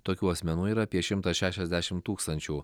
tokių asmenų yra apie šimtas šešiasdešimt tūkstančių